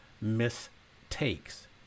mistakes